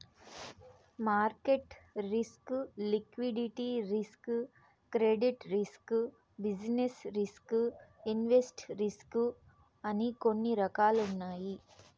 market risk liquidity risk credit risk business risk invest risk అని కొన్ని రకాలున్నాయి